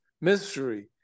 mystery